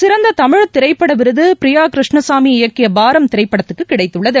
சிறந்த தமிழ் திரைப்பட விருது பிரியா கிருஷ்ணசாமி இயக்கிய பாரம் திரைப்படத்திற்கு கிடைத்துள்ளது